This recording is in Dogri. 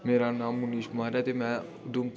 मेरा नां मुनीष कुमार ऐ ते मैं उधमपुर